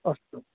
अस्तु